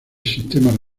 sistemas